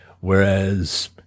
Whereas